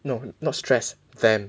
no not stress them